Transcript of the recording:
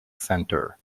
center